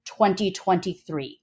2023